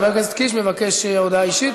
חבר הכנסת קיש מבקש הודעה אישית?